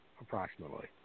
approximately